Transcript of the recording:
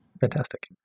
Fantastic